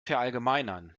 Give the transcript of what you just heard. verallgemeinern